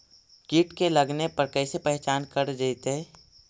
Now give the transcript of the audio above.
कीट के लगने पर कैसे पहचान कर जयतय?